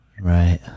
Right